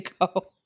go